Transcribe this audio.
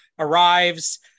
arrives